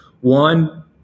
one